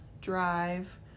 drive